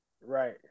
Right